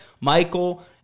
Michael